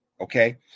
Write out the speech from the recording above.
Okay